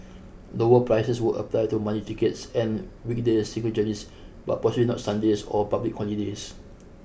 lower prices would apply to money tickets and weekday single journeys but possibly not Sundays or public holidays